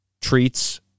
treats